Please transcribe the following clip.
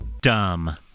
Dumb